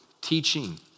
teaching